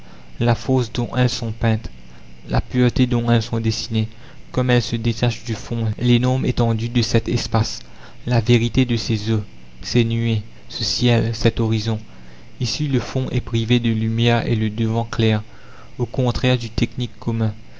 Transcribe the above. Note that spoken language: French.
la force dont elles sont peintes la pureté dont elles sont dessinées comme elles se détachent du fond l'énorme étendue de cet espace la vérité de ces eaux ces nuées ce ciel cet horizon ici le fond est privé de lumière et le devant clair au contraire du technique commun